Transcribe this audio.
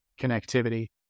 connectivity